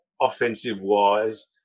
offensive-wise